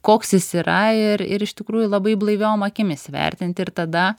koks jis yra ir ir iš tikrųjų labai blaiviom akim įsivertint ir tada